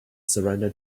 surrender